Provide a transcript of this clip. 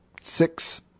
six